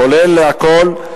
כולל הכול,